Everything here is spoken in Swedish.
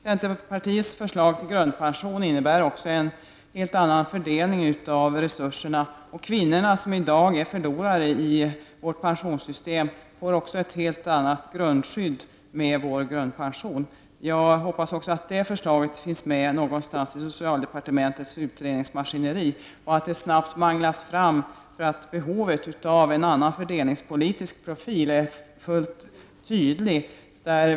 Centerpartiets förslag till grundpension innebär också en helt annan fördelning av resurserna. Kvinnorna, som i dag är förlorare i vårt pensionssystem, får ett helt annat grundskydd med vår grundpension. Jag hoppas också att detta förslag finns med någonstans i socialdepartementets utredningsmaskineri och att det snabbt manglas fram, detta eftersom behovet av en annan fördelningspolitisk profil är fullt tydligt.